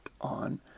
on